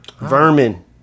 Vermin